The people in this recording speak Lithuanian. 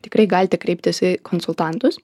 tikrai galite kreiptis į konsultantus